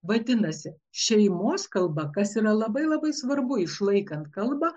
vadinasi šeimos kalba kas yra labai labai svarbu išlaikant kalbą